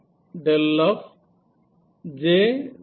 E jA